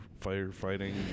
firefighting